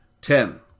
Ten